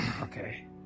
Okay